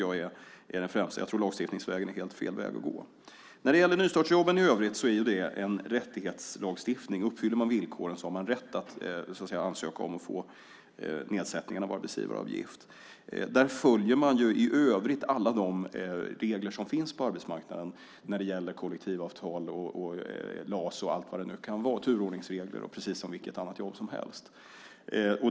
Jag tror att lagstiftningsvägen är helt fel väg att gå. När det gäller nystartsjobben i övrigt är det en rättighetslagstiftning. Uppfyller man villkoren har man rätt att, så att säga, ansöka om att få nedsättning av arbetsgivaravgiften. Där följer man i övrigt alla de regler som finns på arbetsmarknaden när det gäller kollektivavtal, LAS, turordningsregler och allt vad det nu kan vara, precis som vilket annat jobb som helst.